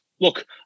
Look